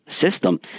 system